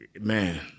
man